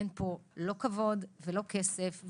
אין פה לא כבוד ולא כסף,